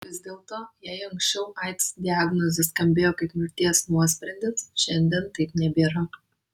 vis dėlto jei anksčiau aids diagnozė skambėjo kaip mirties nuosprendis šiandien taip nebėra